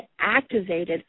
activated